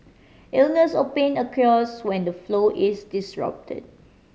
illness or pain occurs when the flow is disrupted